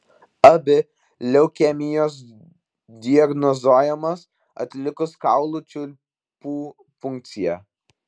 abi leukemijos diagnozuojamos atlikus kaulų čiulpų punkciją